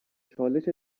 چالش